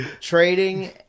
trading